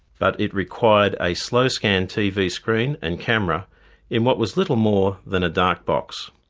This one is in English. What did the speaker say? but it required a slow scan tv screen and camera in what was little more than a dark box.